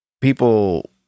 people